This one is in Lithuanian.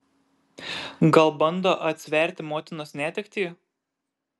gal bando atsverti motinos netektį